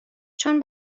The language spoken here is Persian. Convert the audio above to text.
چون